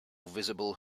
visible